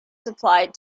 supplied